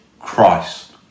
Christ